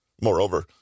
Moreover